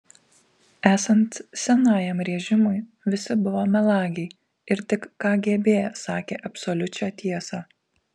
esant senajam režimui visi buvo melagiai ir tik kgb sakė absoliučią tiesą